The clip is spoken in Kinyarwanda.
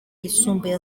yisumbuye